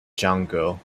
jungle